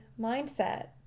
mindset